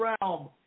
realm